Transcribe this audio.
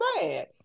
sad